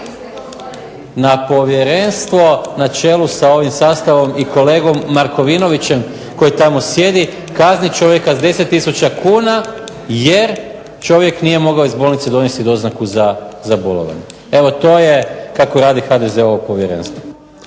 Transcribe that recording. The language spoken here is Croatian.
I povjerenstvo na čelu sa ovim sastavom i kolegom Markovinovićem koje tamo sjedi kazni čovjeka sa 10000 kuna jer čovjek nije mogao iz bolnice donesti doznaku za bolovanje. Evo to je kako radi HDZ-ovo povjerenstvo.